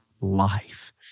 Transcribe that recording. life